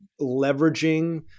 leveraging